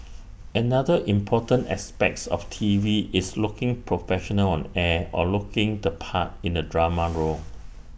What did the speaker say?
another important aspects of T V is looking professional on air or looking the part in the drama role